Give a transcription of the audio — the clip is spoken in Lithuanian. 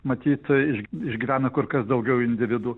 matyta ir išgyvena kur kas daugiau individų